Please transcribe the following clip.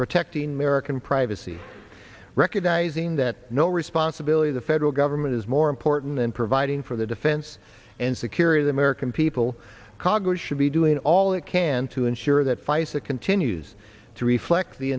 protecting american privacy recognizing that no responsibility the federal government is more important in providing for the defense and security of american people congress should be doing all it can to ensure that face it continues to reflect the